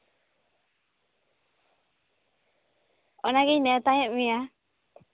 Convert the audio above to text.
ᱚᱱᱟᱜᱤᱧ ᱱᱮᱶᱛᱟᱭᱮᱫ ᱢᱮᱭᱟ